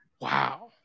Wow